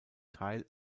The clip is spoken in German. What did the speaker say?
teil